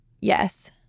Yes